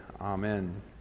Amen